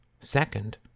second—